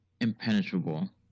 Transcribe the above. impenetrable